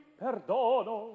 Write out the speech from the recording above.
perdono